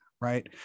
Right